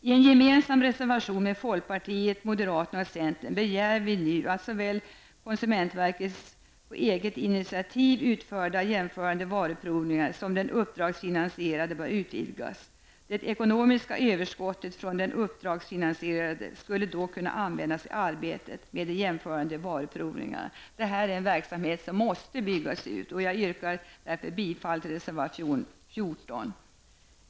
I en gemensam reservation från folkpartiet, moderaterna och centern begär vi nu att såväl konsumentverkets på eget initiativ utförda jämförande varuprovningar som den uppdragsfinansierade bör utvidgas. Det ekonomiska överskottet från den uppdragsfinansierade skulle då kunna användas i arbetet med de jämförande varuprovningarna. Detta är en verksamhet som måste byggas ut. Jag yrkar bifall till reservation 14.